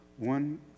one